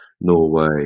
norway